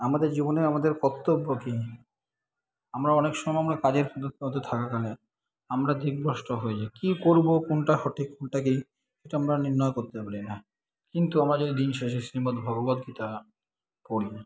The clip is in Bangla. আমাদের জীবনে আমাদের কর্তব্য কী আমরা অনেক সময় আমরা কাজের মধ্যে থাকাকালীন আমরা দিকভ্রষ্ট হয়ে যাই কী করবো কোনটা সঠিক কোনটা কী সেটা আমরা নির্ণয় করতে পারি না কিন্তু আমাদের দিন শেষে শ্রীমদ্ভগবদ্গীতা পড়ি